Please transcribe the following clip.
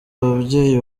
ababyeyi